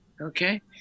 okay